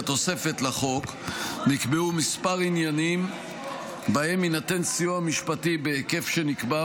בתוספת לחוק נקבעו מספר עניינים שבהם יינתן סיוע משפטי בהיקף שנקבע